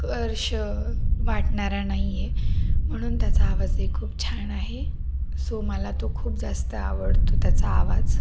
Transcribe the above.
कर्ष वाटणारा नाही आहे म्हणून त्याचा आवाजही खूप छान आहे सो मला तो खूप जास्त आवडतो त्याचा आवाज